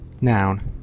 Noun